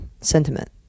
sentiment